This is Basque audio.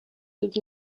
dut